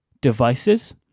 devices